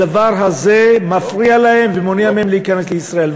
הדבר הזה מפריע להם ומונע מהם להיכנס לישראל.